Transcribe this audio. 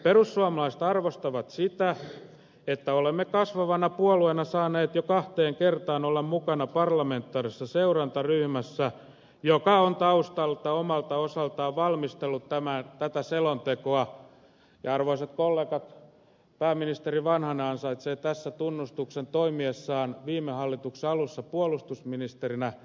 perussuomalaiset arvostavat sitä että olemme kasvavana puolueena saaneet jo kahteen kertaan olla mukana parlamentaarisessa seurantaryhmässä joka on taustalta omalta osaltaan valmistellut tätä selontekoa ja arvoisat kollegat pääministeri vanhanen ansaitsee tässä tunnustuksen toimiessaan viime hallituksen alussa puolustusministerinä